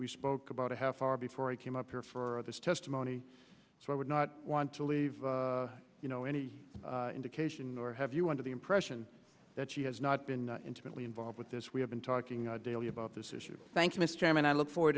spoke about a half hour before i came up here for this testimony so i would not want to leave you know any indication or have you under the impression that she has not been intimately involved with this we have been talking daily about this issue thank you mr chairman i look forward